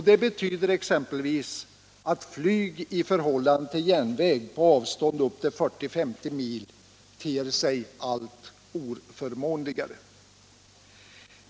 Detta betyder att flyg i förhållande till järnväg på avstånd upp till 40 å 50 mil ter sig alltmera oförmånligt.